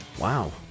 Wow